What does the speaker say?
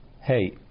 Hey